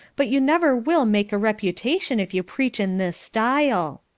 but you never will make a reputation if you preach in this style.